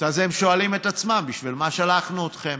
אז הם שואלים את עצמם בשביל מה שלחנו אתכם.